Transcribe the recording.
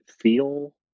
feel